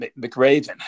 McRaven